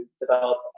develop